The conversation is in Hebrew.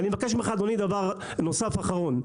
ואני מבקש ממך, אדוני, דבר נוסף אחרון.